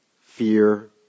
fear